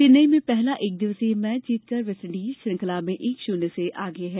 चेन्नई में पहला एक दिवसीय मैच जीतकर वेस्टइंडीज श्रृंखला में एक शून्य से आगे है